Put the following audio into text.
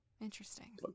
Interesting